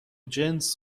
جنس